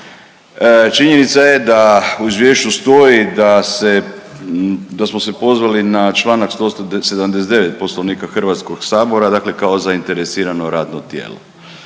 Činjenica je da u izvješću stoji da se, da smo se pozvali na čl. 179. Poslovnika HS, dakle kao zainteresirano radno tijelo.